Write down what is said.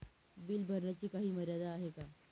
Bill भरण्याची काही मर्यादा आहे का?